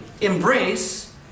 embrace